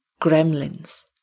gremlins